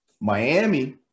Miami